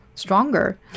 Stronger